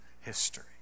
history